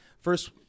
first